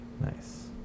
Nice